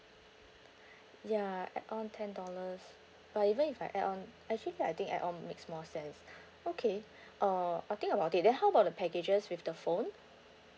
ya add on ten dollars but even if I add on actually I think add on makes more sense okay uh I'll think about it then how about the packages with the phone